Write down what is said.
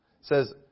says